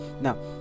now